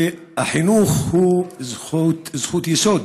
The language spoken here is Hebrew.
החינוך הוא זכות יסוד,